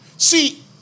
See